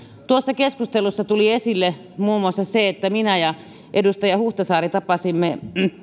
tuossa keskustelussa tuli esille muun muassa se että minä ja edustaja huhtasaari tapasimme